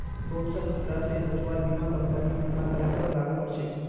बहुत स खतरा स बचव्वार बीमा कम्पनी बीमा ग्राहकक लागू कर छेक